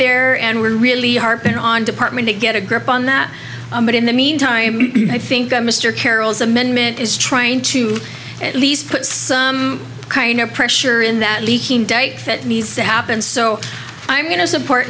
fair and we're really harping on department to get a grip on that but in the meantime i think mr carroll's amendment is trying to at least put some kind of pressure in that leaking date fit needs to happen so i'm going to support